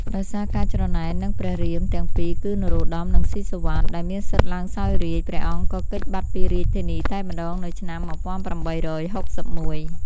ដោយសារការច្រណែននឹងព្រះរាមទាំងពីរគឺនរោត្តម និងស៊ីសុវត្ថិ ដែលមានសិទ្ធិឡើងសោយរាជ្យ ព្រះអង្គក៏គេចបាត់ពីរាជធានីតែម្ដងនៅឆ្នាំ ១៨៦១។